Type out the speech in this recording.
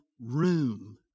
room